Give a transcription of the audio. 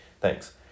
Thanks